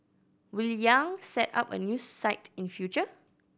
Will Yang set up a new site in future